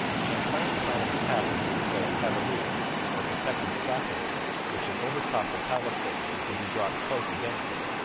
champlain's plan of attack was to employ a cavalier, or protected scaffolding, which should overtop the palisade and could be brought close against it.